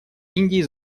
индии